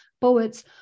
poets